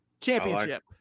Championship